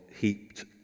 heaped